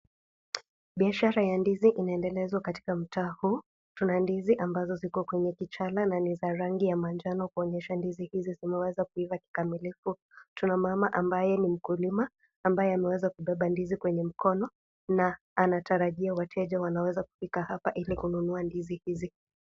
Biashara ya ndizi inaendelezwa katika mtaa huu, tuna ndizi ambazo ziko kwenye kichala na ni za rangi ya manjano kuonyesha ndizi hizi zimeweza kuiva kikamilivu. Tuna mama ambaye ni mkulima ambaye ameweza kubeba ndizi kwenye mkono na anatarajia wateja wanaweza kufika hapa Ili kununua ndizi hizi.